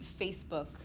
Facebook